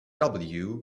can